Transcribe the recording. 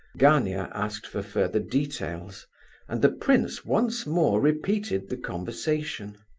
gania asked for further details and the prince once more repeated the conversation.